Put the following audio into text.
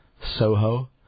SOHO